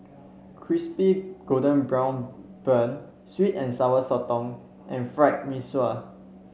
Crispy Golden Brown Bun sweet and Sour Sotong and Fried Mee Sua